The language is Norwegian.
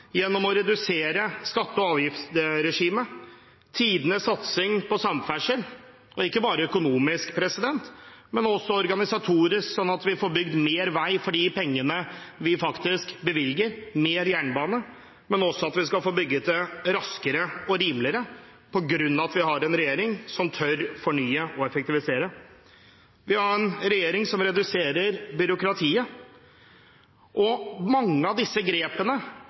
gjennom å redusere skatte- og avgiftsregimet, som har tidenes satsing på samferdsel, ikke bare økonomisk, men også organisatorisk, slik at vi får bygd mer vei for de pengene vi bevilger, og mer jernbane. Vi skal også få bygget det raskere og rimeligere, fordi vi har en regjering som tør fornye og effektivisere. Vi har en regjering som reduserer byråkratiet. Mange av disse grepene